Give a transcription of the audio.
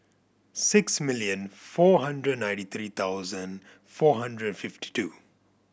six million four hundred ninety three thousand four hundred fifty two